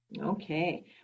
Okay